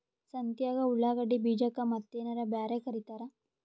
ಸಂತ್ಯಾಗ ಉಳ್ಳಾಗಡ್ಡಿ ಬೀಜಕ್ಕ ಮತ್ತೇನರ ಬ್ಯಾರೆ ಕರಿತಾರ?